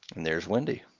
and there's wendy.